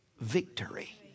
victory